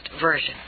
Version